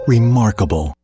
remarkable